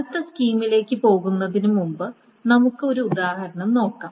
അടുത്ത സ്കീമിലേക്ക് പോകുന്നതിനുമുമ്പ് നമുക്ക് ഒരു ഉദാഹരണം നോക്കാം